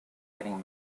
getting